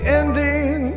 ending